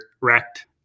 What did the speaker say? wrecked